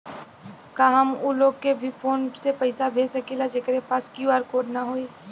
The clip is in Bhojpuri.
का हम ऊ लोग के भी फोन से पैसा भेज सकीला जेकरे पास क्यू.आर कोड न होई?